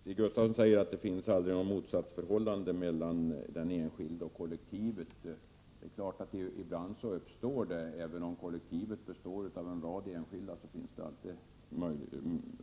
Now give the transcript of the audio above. Herr talman! Stig Gustafsson säger att det finns aldrig något motsatsförhållande mellan den enskilde och kollektivet. Men det är klart att även om kollektivet består av en rad enskilda finns det alltid